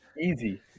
Easy